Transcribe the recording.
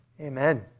Amen